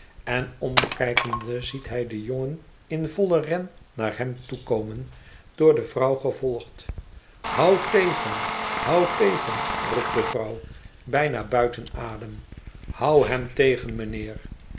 en omkijkende ziet hij den jongen in vollen ren naar hem toe komen door de vrouw gevolgd hou tegen hou tegen roept de vrouw bijna buiten adem houd he n tegen mijnheer